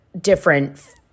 different